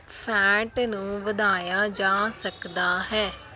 fat ਨੂੰ ਵਧਾਇਆ ਜਾ ਸਕਦਾ ਹੈ